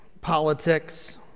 politics